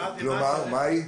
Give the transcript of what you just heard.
מהי?